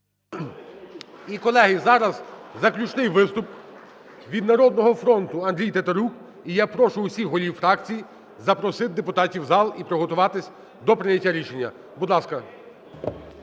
І, колеги, зараз заключний виступ від "Народного фронту", Андрій Тетерук. І я прошу усіх голів фракцій запросити депутатів в зал і приготуватися до прийняття рішення. Будь ласка.